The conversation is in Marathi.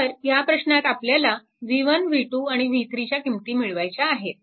तर ह्या प्रश्नात आपल्याला v1 v2 and v3 च्या किंमती मिळवायच्या आहेत